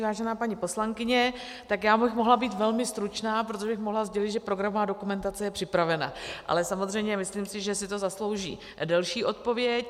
Vážená paní poslankyně, já bych mohla být velmi stručná, protože bych mohla sdělit, že programová dokumentace je připravena, ale samozřejmě si myslím, že si to zaslouží delší odpověď.